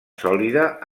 sòlida